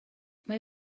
mae